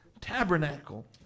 tabernacle